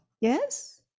Yes